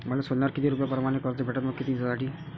मले सोन्यावर किती रुपया परमाने कर्ज भेटन व किती दिसासाठी?